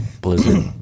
blizzard